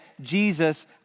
Jesus